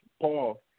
Paul